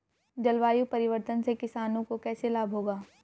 जलवायु परिवर्तन से किसानों को कैसे लाभ होगा?